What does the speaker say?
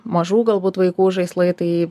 mažų galbūt vaikų žaislai tai